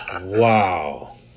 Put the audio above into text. Wow